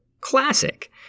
classic